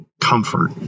comfort